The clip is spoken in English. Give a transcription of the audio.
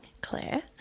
Claire